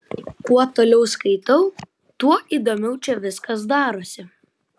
kuo toliau skaitau tuo įdomiau čia viskas darosi